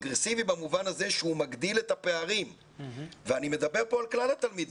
במובן הזה שהוא מגדיל את הפערים ואני מדבר כאן על כלל התלמידים.